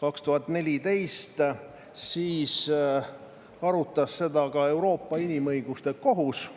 2014. aastal, siis arutas seda ka Euroopa Inimõiguste Kohus,